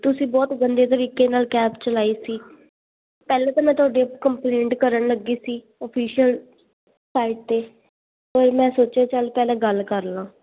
ਤੁਸੀਂ ਬਹੁਤ ਗੰਦੇ ਤਰੀਕੇ ਨਾਲ ਕੈਬ ਚਲਾਈ ਸੀ ਪਹਿਲੇ ਤਾਂ ਮੈਂ ਤੁਹਾਡੇ ਕੰਪਲੇਂਟ ਕਰਨ ਲੱਗੀ ਸੀ ਓਫਿਸ਼ਅਲ ਸਾਈਟ 'ਤੇ ਫਿਰ ਮੈਂ ਸੋਚਿਆ ਚਲ ਮੈਂ ਗੱਲ ਕਰ ਲਵਾਂ